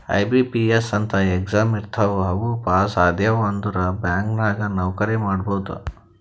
IBPS ಅಂತ್ exam ಇರ್ತಾವ್ ಅವು ಪಾಸ್ ಆದ್ಯವ್ ಅಂದುರ್ ಬ್ಯಾಂಕ್ ನಾಗ್ ನೌಕರಿ ಮಾಡ್ಬೋದ